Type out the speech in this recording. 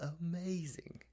amazing